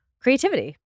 creativity